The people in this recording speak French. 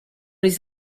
les